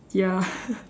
ya